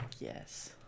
Yes